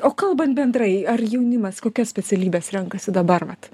o kalbant bendrai ar jaunimas kokias specialybes renkasi dabar vat